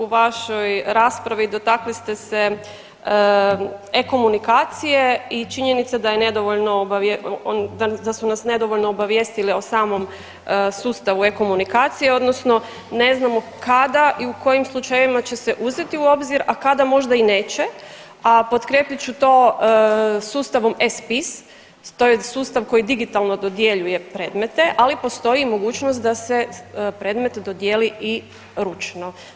U vašoj raspravi dotakli ste se e-Komunikacije i činjenica da je nedovoljno da su nas nedovoljno obavijestili o samom sustavu e-Komunikacije odnosno ne znamo kada i u kojim slučajevima će se uzeti u obzir, a kada možda i neće, a potkrijepit ću to sustavom e-Spis to je sustav koji digitalno dodjeljuje predmete, ali postoji mogućnost da se predmet dodijeli i ručno.